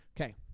Okay